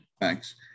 Thanks